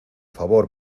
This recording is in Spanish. favor